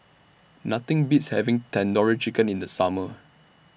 Nothing Beats having Tandoori Chicken in The Summer